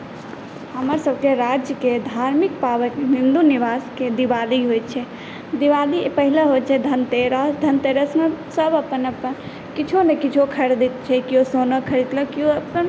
हमर सभकेँ राज्यकेँ धार्मिक पाबनि हिन्दु रिवाजकेँ दिवाली होइ छै दिवाली पहिले होइ छै धनतेरस धनतेरसमे सभ अपन अपन किछो ने किछो खरीदै छै किओ सोना ख़रीदलक किओ अपन